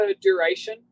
duration